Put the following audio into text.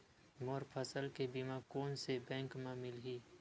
मोर फसल के बीमा कोन से बैंक म मिलही?